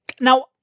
now